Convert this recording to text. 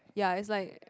ya is like